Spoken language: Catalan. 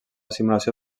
simulació